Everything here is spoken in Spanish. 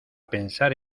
pensar